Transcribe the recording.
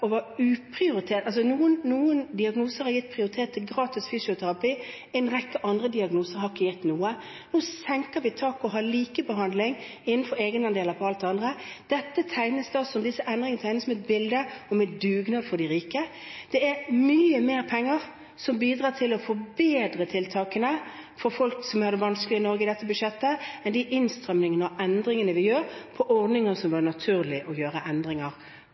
uprioritert – noen diagnoser har gitt prioritet til gratis fysioterapi, en rekke andre diagnoser har ikke gitt noe. Nå senker vi taket og har likebehandling av egenandeler på alt det andre. Disse endringene tegnes som et bilde på en dugnad for de rike. Det er mye mer penger som bidrar til å forbedre tiltakene for folk som har det vanskelig i Norge, i dette budsjettet, enn de innstrammingene og endringene vi gjør i ordninger som det var naturlig å gjøre endringer